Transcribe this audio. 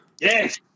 Yes